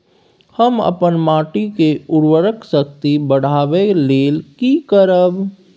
हम अपन माटी के उर्वरक शक्ति बढाबै लेल की करब?